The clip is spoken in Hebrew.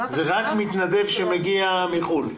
זה רק מתנדב שמגיע מחו"ל.